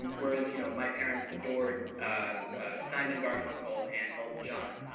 whereas you know my parents adored simon and garfunkel and elton john.